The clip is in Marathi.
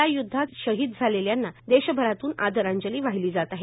या य्द्धात शहीद झालेल्यांना देशभरातून आदरांजली वाहिली जात आहे